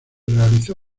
realizó